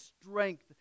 strength